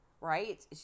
Right